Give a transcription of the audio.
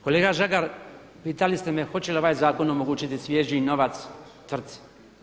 Kolega Žagar, pitali ste me hoće li ovaj zakon omogućiti svježi novac tvrtki.